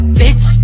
bitch